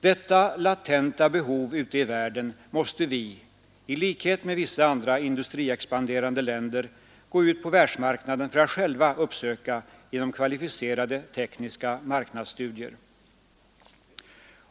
Detta latenta behov ute i världen måste vi — i likhet med vissa andra industriexpanderande länder — gå ut på världsmarknaden för att själva uppsöka genom kvalificerade tekniska marknadsstudier.